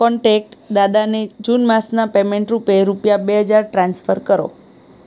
contact દાદાને June માસના payment રૂપે રૂપિયા બે હજાર ટ્રાન્સફર કરો